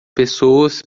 pessoas